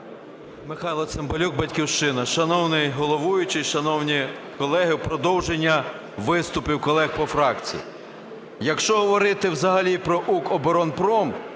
Михайло Цимбалюк, "Батьківщина". Шановний головуючий, шановні колеги, в продовження виступів колег по фракції. Якщо говорити взагалі про